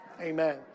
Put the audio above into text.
Amen